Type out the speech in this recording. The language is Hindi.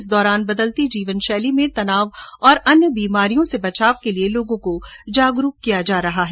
इस दौरान बदलती जीवन शैली में तनाव और अन्य बीमारियों से बचाव के लिए लोगों को जागरूक किया जा रहा है